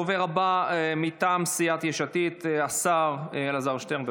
הדובר הבא, מטעם סיעת יש עתיד, השר אלעזר שטרן.